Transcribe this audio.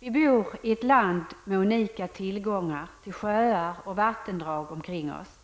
Vi bor i ett land där vi har en unik tillgång till sjöar och vattendrag omkring oss.